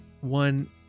one